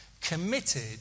committed